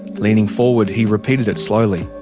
leaning forward, he repeated it slowly.